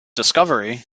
discovery